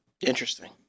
Interesting